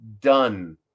done